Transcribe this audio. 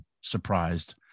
surprised